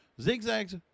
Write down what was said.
ZigZags